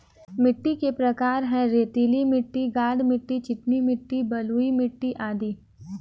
मिट्टी के प्रकार हैं, रेतीली मिट्टी, गाद मिट्टी, चिकनी मिट्टी, बलुई मिट्टी अदि